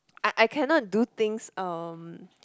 I I cannot do things um